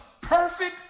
Perfect